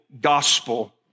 gospel